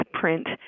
print